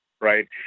right